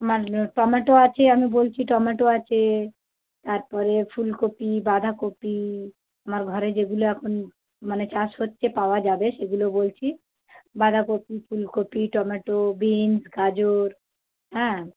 মানে টমেটো আছে আমি বলছি টমেটো আছে তার পরে ফুলকপি বাঁধাকপি আমার ঘরে যেগুলো এখন মানে চাষ হচ্ছে পাওয়া যাবে সেগুলো বলছি বাঁধাকপি ফুলকপি টমেটো বিনস গাজর হ্যাঁ